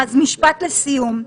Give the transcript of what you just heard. אז משפט לסיום.